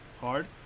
hard